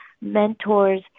mentors